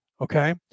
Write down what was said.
Okay